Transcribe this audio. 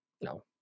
No